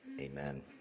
Amen